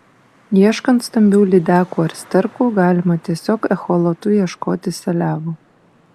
ieškant stambių lydekų ar sterkų galima tiesiog echolotu ieškoti seliavų